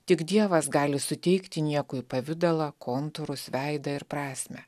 tik dievas gali suteikti niekui pavidalą kontūrus veidą ir prasmę